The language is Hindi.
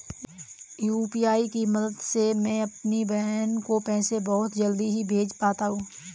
यू.पी.आई के मदद से मैं अपनी बहन को पैसे बहुत जल्दी ही भेज पाता हूं